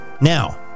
now